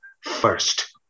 first